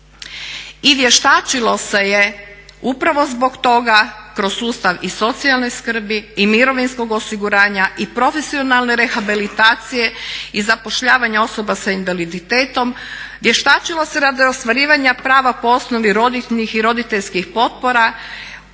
I vještačilo se je upravo zbog toga kroz sustav i socijalne skrbi, i mirovinskog osiguranja i profesionalne rehabilitacije i zapošljavanja osoba sa invaliditetom. Vještačilo se radi ostvarivanja prava po osnovi rodiljnih i roditeljskih potpora,